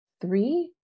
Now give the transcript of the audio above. three